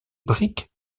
briques